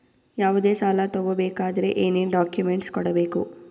ಯಾವುದೇ ಸಾಲ ತಗೊ ಬೇಕಾದ್ರೆ ಏನೇನ್ ಡಾಕ್ಯೂಮೆಂಟ್ಸ್ ಕೊಡಬೇಕು?